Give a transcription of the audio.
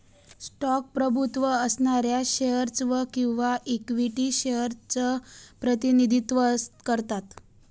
stock प्रभुत्व असणाऱ्या shares च किंवा इक्विटी शेअर्स च प्रतिनिधित्व करतात